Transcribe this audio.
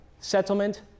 settlement